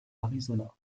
arizona